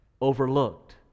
overlooked